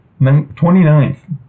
29th